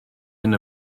hyn